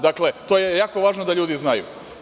Dakle, to je jako važno da ljudi znaju.